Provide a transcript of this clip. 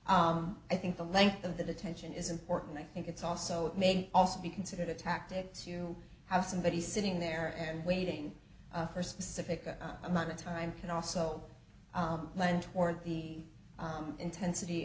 e i think the length of the detention is important i think it's also made also be considered a tactic to have somebody sitting there and waiting for a specific amount of time can also lead toward the intensity